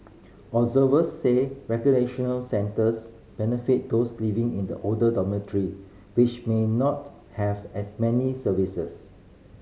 observers said recreational centres benefit those living in the older dormitory which may not have as many services